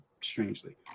strangely